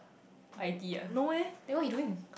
I_T ah then what he doing